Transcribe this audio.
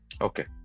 Okay